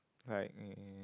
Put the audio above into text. like uh uh